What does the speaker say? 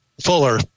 Fuller